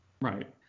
Right